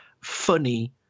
funny